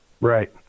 Right